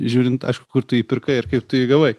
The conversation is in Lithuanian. žiūrint kur tu jį pirkai ar kaip tu jį gavai